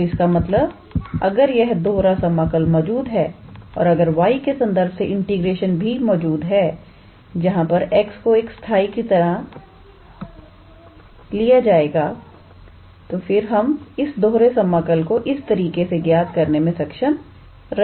तो इसका मतलब अगर यह दोहरा समाकल मौजूद है और अगर y के संदर्भ से इंटीग्रेशन भी मौजूद है जहां पर x को एक स्थाई की तरह किया जाएगा तो फिर हम इस दोहरे समाकल को इस तरीके से ज्ञात करने में सक्षम रहेंगे